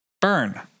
burn